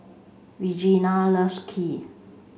Regena loves Kheer